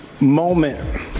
moment